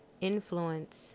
influence